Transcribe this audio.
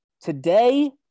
today